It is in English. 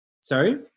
Sorry